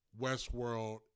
Westworld